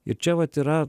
ir čia vat yra